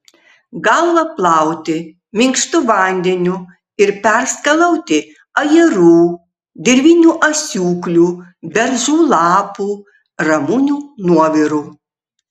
galvą plauti minkštu vandeniu ir perskalauti ajerų dirvinių asiūklių beržų lapų ramunių nuoviru